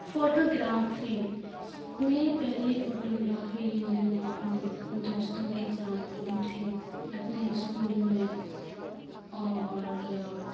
photo گرافی میری پہلی فوٹو گرافی یہ میں نے اپنے دوستوں کے ساتھ لی تھی اپنے اسکول میں اور